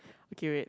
okay wait